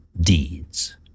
deeds